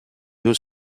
was